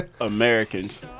Americans